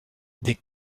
des